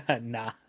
nah